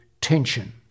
tension